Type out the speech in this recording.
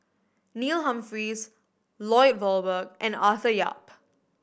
Neil Humphreys Lloyd Valberg and Arthur Yap